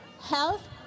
Health